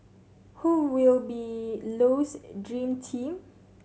who will be Low's dream team